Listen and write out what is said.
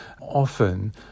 often